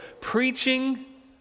preaching